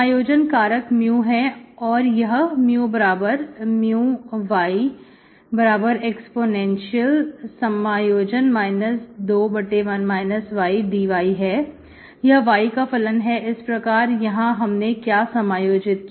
समायोजन कारक mu है और यह μμe 2 1 y dy है यह y का फलन है इस प्रकार यहां हमने क्या समायोजित किया